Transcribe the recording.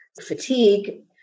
fatigue